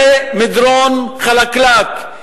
זה מדרון חלקלק.